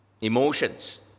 emotions